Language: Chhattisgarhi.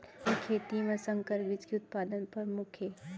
आधुनिक खेती मा संकर बीज के उत्पादन परमुख हे